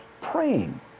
praying